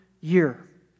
year